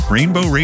Rainbow